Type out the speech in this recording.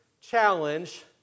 challenge